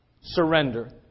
Surrender